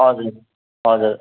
हजुर हजुर